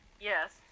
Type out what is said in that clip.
Yes